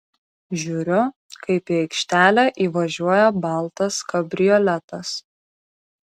žiūriu kaip į aikštelę įvažiuoja baltas kabrioletas